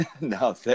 no